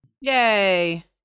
Yay